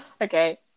Okay